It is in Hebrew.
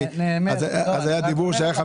היה אז דיבור על זה